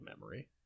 memory